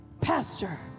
pastor